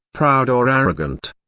proud or arrogant.